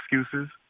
excuses